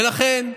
ולכן,